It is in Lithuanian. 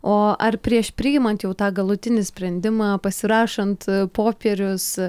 o ar prieš priimant jau tą galutinį sprendimą pasirašant popierius